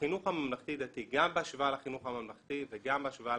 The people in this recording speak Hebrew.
החינוך הממלכתי-דתי גם בהשוואה לחינוך הממלכתי יהודי וגם בהשוואה